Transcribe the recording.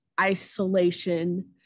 isolation